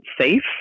safe